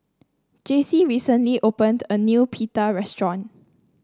Jaycie recently opened a new Pita restaurant